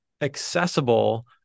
accessible